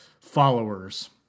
followers